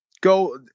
go